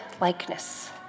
likeness